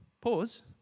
pause